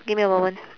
give me a moment